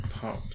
Pop